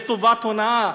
זו טובת הונאה,